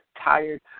tired